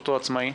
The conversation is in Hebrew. אותו עצמאי?